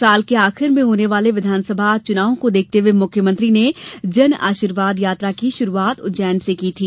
इस साल के अंत में होने वाले विधानसभा के चुनाव को देखते हुए मुख्यमंत्री ने जनआशीर्वाद की शुरूआत उज्जैन से की थी